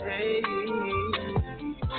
Hey